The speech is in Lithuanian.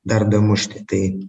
dar damušti tai